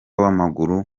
w’amaguru